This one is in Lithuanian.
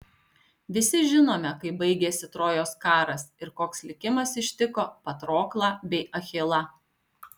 visi žinome kaip baigėsi trojos karas ir koks likimas ištiko patroklą bei achilą